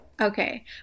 Okay